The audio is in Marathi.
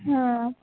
हां